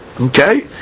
Okay